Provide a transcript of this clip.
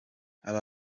aba